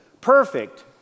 perfect